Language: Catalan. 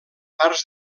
parts